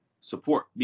support